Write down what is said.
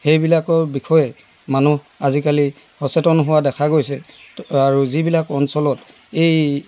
সেইবিলাকৰ বিষয়ে মানুহ আজিকালি সচেতন হোৱা দেখা গৈছে আৰু যিবিলাক অঞ্চলত এই